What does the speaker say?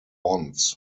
bonds